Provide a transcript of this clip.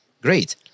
Great